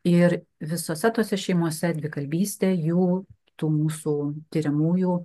ir visose tose šeimose dvikalbystė jų tų mūsų tiriamųjų